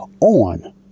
on